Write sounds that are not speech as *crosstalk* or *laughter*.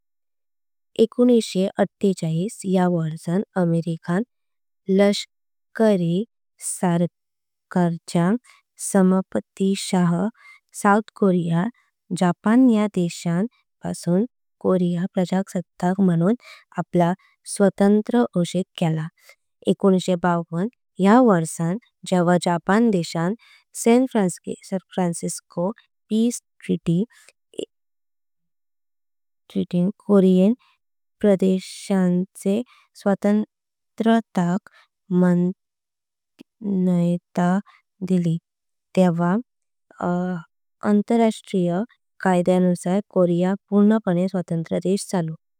एकोणिसावे विसाकोत्तऱय वर्षान अमेरिकन *hesitation* लष्करी। *hesitation* सरकारची समाप्तिसह साउथ कोरिया जापान। या देशान पासून कोरिया प्रजासत्ताक म्हाणून आपला स्वतंत्र घोषीत केला। एकोणपन्नासावे वर्षान जेव्हा जापान देशान San. *hesitation* Francisco peace *hesitation* treaty in Korean. *hesitation* प्रदेशांचे *hesitation* स्वतंत्रताक। *hesitation* मान्यता दिली तेव्हा आंतरराष्ट्रीय। कायद्यानुसार कोरिया पूर्णपणे स्वतंत्र देश झालो।